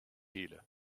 shíle